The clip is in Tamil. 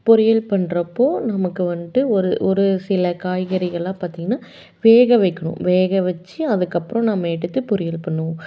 பொரியல் பண்ணுறப்போ நமக்கு வந்துட்டு ஒரு ஒரு சில காய்கறிகளாம் பார்த்தீங்கன்னா வேக வைக்கணும் வேக வைச்சி அதுக்கப்பறம் நாம் எடுத்து பொரியல் பண்ணுவோம்